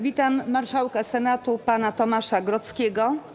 Witam marszałka Senatu pana Tomasza Grodzkiego.